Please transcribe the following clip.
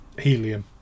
helium